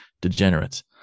degenerates